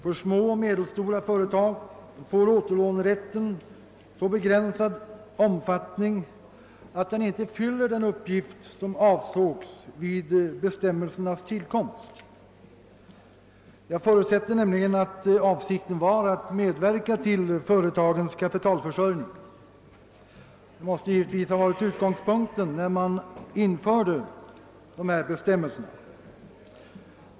För små och medelstora företag får återlånerätten en så begränsad omfattning att den inte fyller den uppgift som avsågs vid bestämmelsernas tillkomst. Jag förutsätter nämligen att avsikten var att medverka till företagens kapitalförsörjning — det måste givetvis ha varit utgångspunkten när man införde dessa bestämmelser.